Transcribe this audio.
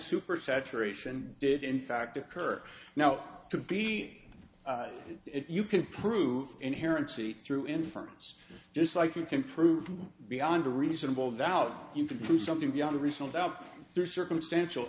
super saturation did in fact occur now to be if you can prove inherent see through inference just like you can prove beyond a reasonable doubt you can prove something beyond a reasonable doubt there's circumstantial